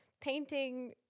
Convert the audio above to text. painting